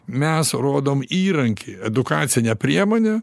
mes rodom įrankį edukacinę priemonę